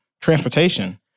transportation